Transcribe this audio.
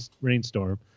rainstorm